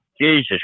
Jesus